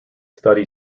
study